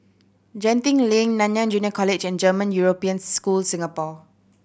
Genting Lane Nanyang Junior College and German European School Singapore